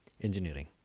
Engineering